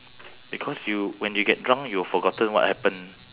because you when you get drunk you forgotten what happen